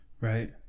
Right